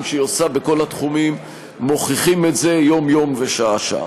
שהיא עושה בכל התחומים מוכיחים את זה יום-יום ושעה-שעה.